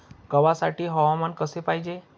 गव्हासाठी हवामान कसे पाहिजे?